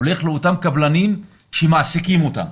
הולך לאותם קבלנים שמעסיקים אותם,